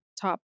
top